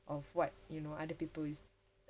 of what you know other people is